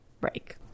break